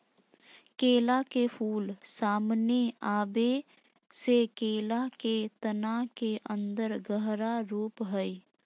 केला के फूल, सामने आबे से केला के तना के अन्दर गहरा रूप हइ